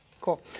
Cool